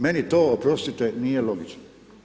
Meni to, oprostite, nije logično.